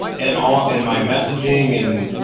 and all in my messaging and,